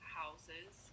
houses